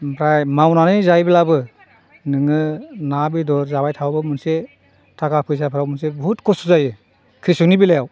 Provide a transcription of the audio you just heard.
ओमफ्राय मावनानै जायोब्लाबो नोङो ना बेदर जाबाय थाबाबो मोनसे थाखा फैसाफोराव मोनसे बहुद कस्त' जायो क्रिसकनि बेलायाव